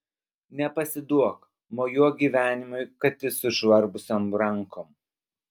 nepasiduok mojuok gyvenimui kad ir sužvarbusiom rankom